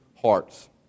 hearts